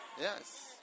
Yes